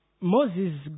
Moses